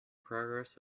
progress